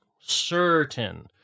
certain